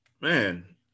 man